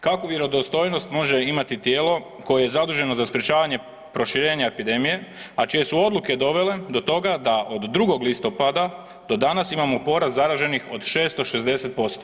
Kakvu vjerodostojnost može imati tijelo koje je zaduženo za sprječavanje proširenja epidemije, a čije su odluke dovele do toga da od 2. listopada do danas imamo porast zaraženih od 660%